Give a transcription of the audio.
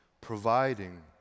providing